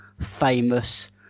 famous